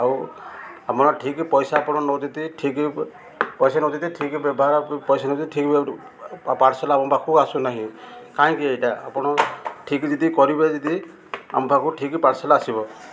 ଆଉ ଆପଣ ଠିକ୍ ପଇସା ଆପଣ ନେଉଛନ୍ତି ଠିକ୍ ପଇସା ନେଉଛନ୍ତି ଠିକ୍ ବ୍ୟବହାର ପଇସା ଠିକ୍ ପାର୍ସଲ୍ ଆମ ପାଖକୁ ଆସୁନାହିଁ କାହିଁକି ଏଇଟା ଆପଣ ଠିକ୍ ଯଦି କରିବେ ଯଦି ଆମ ପାଖକୁ ଠିକ୍ ପାର୍ସଲ୍ ଆସିବ